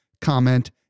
comment